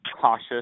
cautious